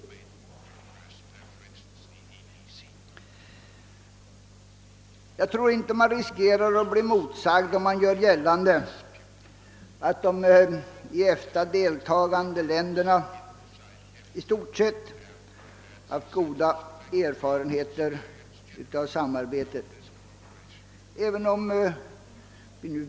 Jag tror inte att man riskerar att bli motsagd, om man gör gällande att de i EFTA deltagande länderna i stort sett haft goda erfarenheter av samarbetet.